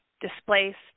displaced